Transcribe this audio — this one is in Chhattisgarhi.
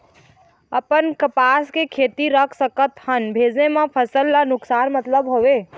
अपन कपास के खेती रख सकत हन भेजे मा फसल ला नुकसान मतलब हावे?